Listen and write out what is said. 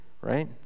right